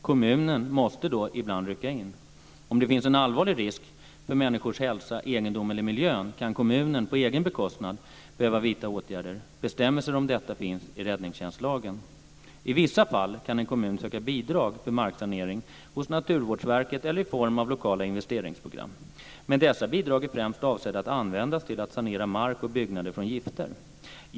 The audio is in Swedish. Kommunen måste då ibland rycka in. Om det finns en allvarlig risk för människors hälsa, egendom eller miljön kan kommunen, på egen bekostnad, behöva vidta åtgärder. Bestämmelser om detta finns i räddningstjänstlagen. I vissa fall kan en kommun söka bidrag för marksanering hos Naturvårdsverket eller i form av lokala investeringsprogram. Men dessa bidrag är främst avsedda att användas till att sanera mark och byggnader från gifter.